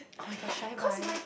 [oh]-my-gosh should I buy